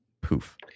Poof